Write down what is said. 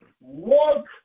Walk